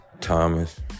Thomas